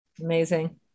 Amazing